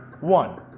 one